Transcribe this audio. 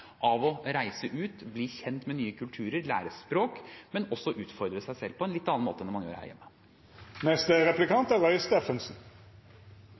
av å reise ut, bli kjent med nye kulturer og lære et språk, men også av å utfordre seg selv på en litt annen måte enn man gjør her